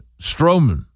Strowman